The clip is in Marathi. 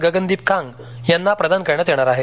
गगनदीप कांग यांना प्रदान करण्यात येणार आहे